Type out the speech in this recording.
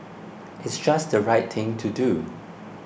it's just the right thing to do